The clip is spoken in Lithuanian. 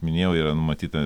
minėjau yra numatyta